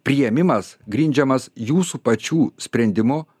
priėmimas grindžiamas jūsų pačių sprendimu